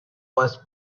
was